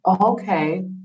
Okay